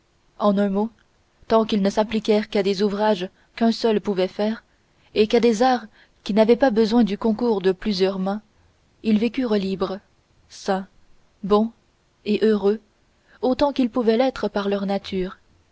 en un mot tant qu'ils ne s'appliquèrent qu'à des ouvrages qu'un seul pouvait faire et qu'à des arts qui n'avaient pas besoin du concours de plusieurs mains ils vécurent libres sains bons et heureux autant qu'ils pouvaient l'être par leur nature